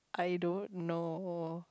I don't know